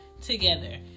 together